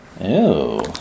Ew